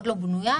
קרקע.